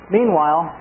Meanwhile